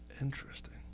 interesting